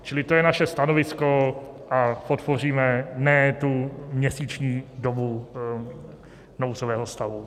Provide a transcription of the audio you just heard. Čili to je naše stanovisko a podpoříme nikoli tu měsíční dobu nouzového stavu.